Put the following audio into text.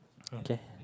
okay